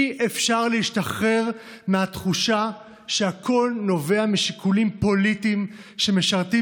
אי-אפשר להשתחרר מהתחושה שהכול נובע משיקולים פוליטיים שמשרתים